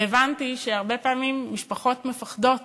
והבנתי שהרבה פעמים משפחות מפחדות